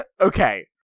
Okay